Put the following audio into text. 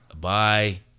bye